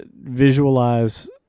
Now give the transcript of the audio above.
visualize